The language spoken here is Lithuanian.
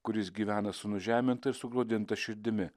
kur jis gyvena su nužeminta ir sugraudinta širdimi